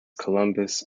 columbus